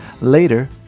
later